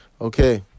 Okay